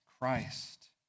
Christ